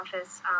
office